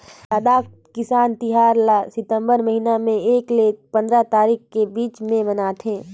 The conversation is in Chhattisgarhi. लद्दाख किसान तिहार ल सितंबर महिना में एक ले पंदरा तारीख के बीच में मनाथे